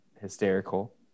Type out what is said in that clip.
hysterical